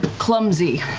clumsy,